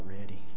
ready